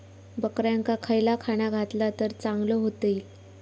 बकऱ्यांका खयला खाणा घातला तर चांगल्यो व्हतील?